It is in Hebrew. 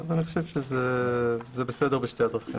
אני חושב שזה בסדר בשתי הדרכים.